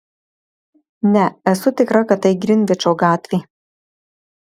ne esu tikra kad tai grinvičo gatvė